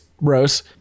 Rose